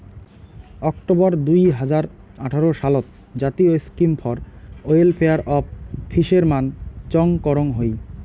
October দুই হাজার আঠারো সালত জাতীয় scheme for welfare of fishermen চং করং হই